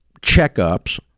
checkups